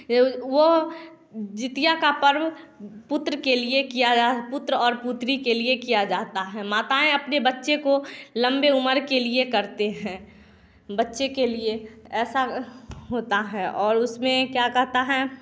वो जितिया का पर्व पुत्र के लिए किया जाए पुत्र और पुत्री के लिए किया जाता है माताएँ अपने बच्चे को लंबे उम्र के लिए करते हैं बच्चे के लिए ऐसा होता है और उसमें क्या कहता है